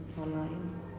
online